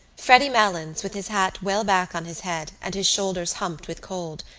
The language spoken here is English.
freddy malins, with his hat well back on his head and his shoulders humped with cold,